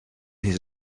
his